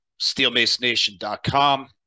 SteelMaceNation.com